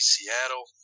Seattle